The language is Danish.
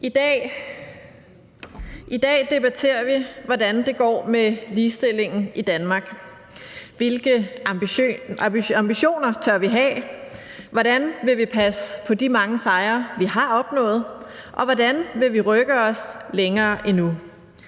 I dag debatterer vi, hvordan det går med ligestillingen i Danmark. Hvilke ambitioner tør vi have? Hvordan vil vi passe på de mange sejre, vi har opnået? Og hvordan vil vi rykke os endnu